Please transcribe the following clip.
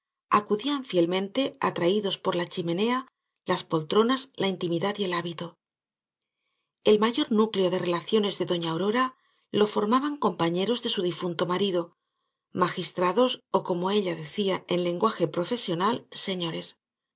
acudían fielmente atraídos por la chimenea las poltronas la intimidad y el hábito el mayor núcleo de relaciones de doña aurora lo formaban compañeros de su difunto marido magistrados ó como ella decía en lenguaje profesional señores